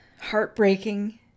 heartbreaking